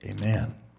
amen